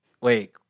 Wait